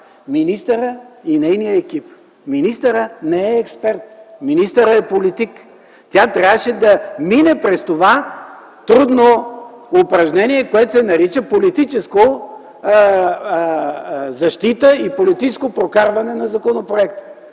Министърът и нейният екип. Министърът не е експерт, министърът е политик. Тя трябваше да мине през това трудно упражнение, което се нарича политическа защита и политическо прокарване на законопроекта.